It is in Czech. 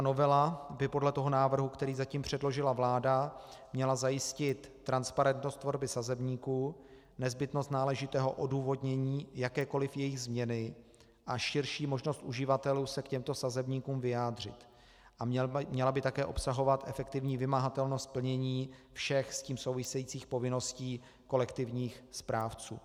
Novela by podle toho návrhu, který zatím předložila vláda, měla zajistit transparentnost tvorby sazebníků, nezbytnost náležitého odůvodnění jakékoli její změny a širší možnost uživatelů se k těmto sazebníkům vyjádřit a měla by také obsahovat efektivní vymahatelnost plnění všech s tím souvisejících povinností kolektivních správců.